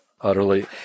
Utterly